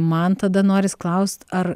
man tada noris klaust ar